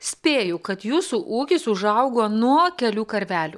spėju kad jūsų ūkis užaugo nuo kelių karvelių